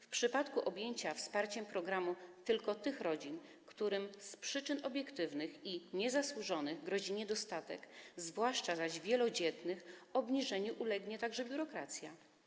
W przypadku objęcia wsparciem tylko tych rodzin, którym z przyczyn obiektywnych i niezasłużonych grozi niedostatek, zwłaszcza zaś wielodzietnych, ograniczeniu ulegnie także biurokracja.